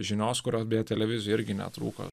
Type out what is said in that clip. žinios kurios beje televizijoj irgi netrūko